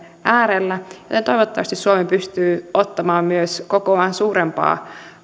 äärellä joten toivottavasti suomi pystyy ottamaan myös kokoaan suurempaa